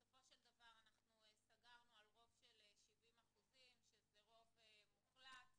בסופו של דבר סגרנו על רוב של 70% שזה רוב מוחלט,